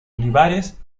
olivares